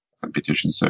competition